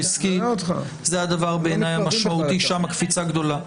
זה הדבר המשמעותי ושם הקפיצה גדולה.